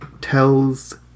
tells